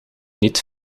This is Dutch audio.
niet